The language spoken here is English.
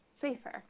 safer